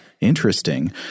Interesting